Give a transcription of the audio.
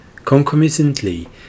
Concomitantly